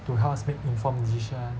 to help us make informed decision